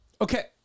Okay